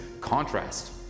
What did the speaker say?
contrast